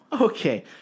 Okay